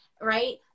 right